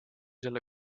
selle